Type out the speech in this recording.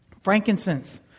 Frankincense